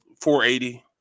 480